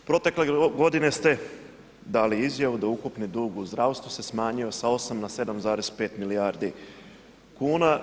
Protekle godine ste dali izjavu da ukupni dug u zdravstvu se smanjio sa 8 na 7,5 milijardi kuna.